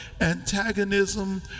antagonism